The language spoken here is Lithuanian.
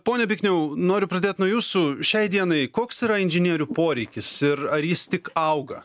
ponia bikniau noriu pradėt nuo jūsų šiai dienai koks yra inžinierių poreikis ir ar jis tik auga